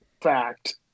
fact